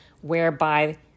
whereby